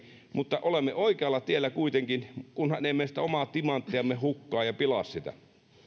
mutta olemme oikealla tiellä kuitenkin kunhan emme sitä omaa timanttiamme hukkaa ja pilaa sitä